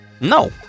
No